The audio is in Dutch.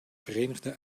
verenigde